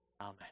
Amen